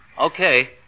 Okay